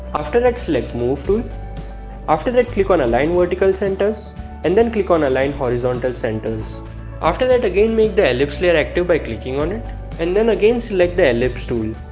after that select move tool after that click on align vertical centers and then click on align horizontal centers after that again make the ellipse layer active by clicking on it and then again select the ellipse tool